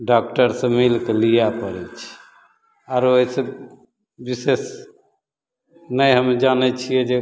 डाकटरसे मिलिके लिए पड़ै छै आओर एहिसे विशेष नहि हम जानै छिए जे